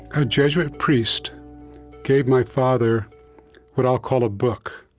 a jesuit priest gave my father what i'll call a book,